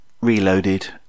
reloaded